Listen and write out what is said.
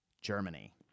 germany